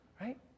right